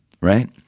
Right